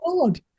god